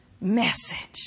message